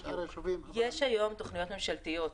היום יש תוכניות ממשלתיות,